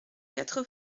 quatre